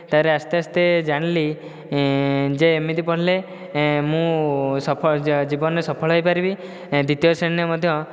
ତାପରେ ଆସ୍ତେ ଆସ୍ତେ ଜାଣିଲି ଯେ ଏମିତି ପଢ଼ିଲେ ମୁଁ ସଫ ଜୀବନରେ ସଫଳ ହୋଇପାରିବି ଦ୍ୱିତୀୟ ଶ୍ରେଣୀରେ ମଧ୍ୟ